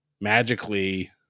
magically